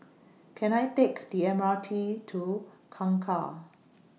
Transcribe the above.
Can I Take The M R T to Kangkar